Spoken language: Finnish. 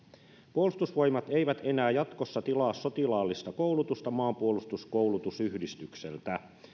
puolustusvoimat eivät enää jatkossa tilaa sotilaallista koulutusta maanpuolustuskoulutusyhdistykseltä